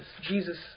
Jesus